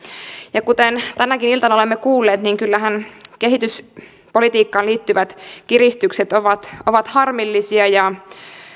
ja kuten tänäkin iltana olemme kuulleet kyllähän kehityspolitiikkaan liittyvät kiristykset ovat ovat harmillisia ja